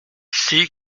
scie